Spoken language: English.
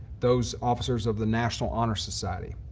those officers of the national honor society.